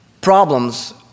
Problems